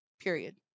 Period